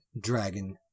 Dragon